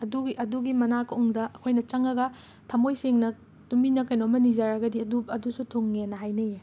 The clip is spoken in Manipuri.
ꯑꯗꯨꯒꯤ ꯑꯗꯨꯒꯤ ꯃꯅꯥꯀꯣꯡꯗ ꯑꯈꯣꯏꯅ ꯆꯪꯉꯒ ꯊꯃꯣꯏ ꯁꯦꯡꯅ ꯇꯨꯃꯤꯟꯅ ꯀꯩꯅꯣꯝꯃ ꯅꯤꯖꯔꯒꯗꯤ ꯑꯗꯨ ꯑꯗꯨꯁꯨ ꯊꯨꯡꯉꯦꯅ ꯍꯥꯏꯅꯩꯌꯦ